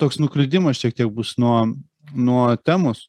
toks nuklydimas šiek tiek bus nuo nuo temos